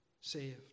saved